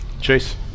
Chase